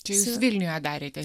čia jūs vilniuje darėte